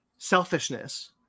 Selfishness